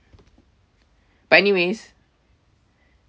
but anyways